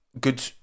Good